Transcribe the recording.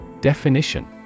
Definition